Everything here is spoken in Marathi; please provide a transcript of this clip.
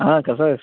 हां कसा आहेस